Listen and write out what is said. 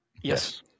Yes